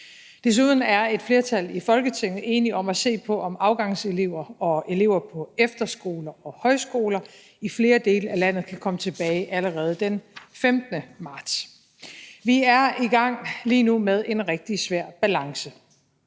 Desuden er et flertal i Folketinget enige om at se på, om afgangselever og elever på efterskoler og højskoler i flere dele af landet kan komme tilbage allerede den 15. marts. Vi er lige nu i gang med en rigtig svær balance.